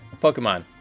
Pokemon